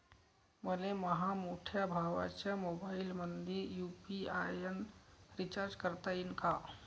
मले माह्या मोठ्या भावाच्या मोबाईलमंदी यू.पी.आय न रिचार्ज करता येईन का?